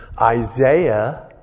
Isaiah